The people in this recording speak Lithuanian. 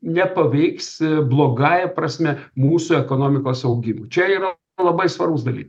nepaveiks blogąja prasme mūsų ekonomikos augimo čia yra labai svarbūs dalykai